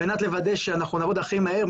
על מנת לוודא שאנחנו נעבוד הכי מהר,